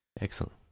Excellent